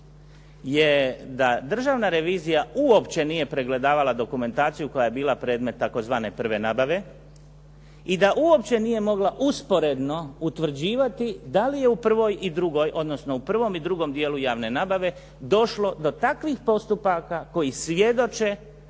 je da Državna revizija uopće nije pregledavala dokumentaciju koja je bila predmet tzv. prve nabave i da uopće nije mogla usporedno utvrđivati da li je u prvoj i drugoj, odnosno u prvom i drugom dijelu javne nabave došlo do takvih postupaka koji svjedoče